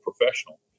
professional